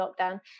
lockdown